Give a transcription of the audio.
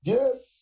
Yes